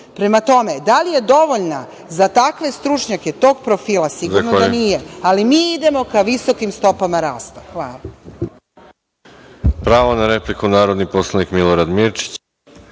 plata. Prema tome, da li je dovoljna za takve stručnjake tog profila, sigurno da nije, ali mi idemo ka visokim stopama rasta. Hvala.